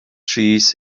trees